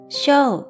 show